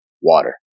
water